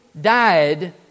died